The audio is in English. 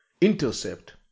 intercept